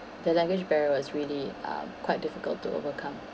the language barrier was really uh quite difficult to overcome